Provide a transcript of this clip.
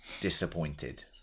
disappointed